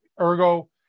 Ergo